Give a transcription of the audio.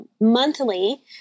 monthly